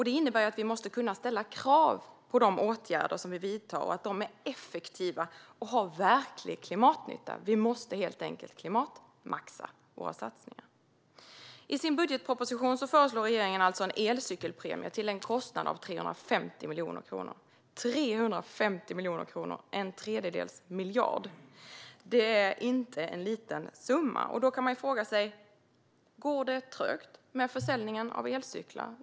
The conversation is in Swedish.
Det innebär att vi måste kunna ställa krav på de åtgärder som vi vidtar och att de är effektiva och gör verklig klimatnytta. Vi måste helt enkelt klimatmaxa våra satsningar. I sin budgetproposition föreslår regeringen alltså en elcykelpremie till en kostnad av 350 miljoner kronor. 350 miljoner kronor - en tredjedels miljard! Det är ingen liten summa. Då kan man fråga sig: Går det trögt med försäljningen av elcyklar?